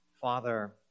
father